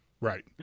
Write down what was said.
Right